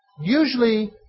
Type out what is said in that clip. Usually